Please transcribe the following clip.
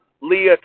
Leah